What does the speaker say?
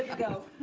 go.